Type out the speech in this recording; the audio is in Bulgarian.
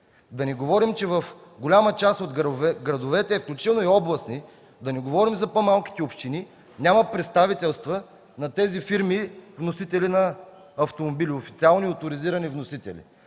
Да не говорим, че в голяма част от градовете, включително и областни, да не говорим за по-малките общини, няма представителства на тези фирми – вносители на автомобили, официални оторизирани вносители,